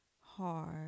hard